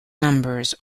numbers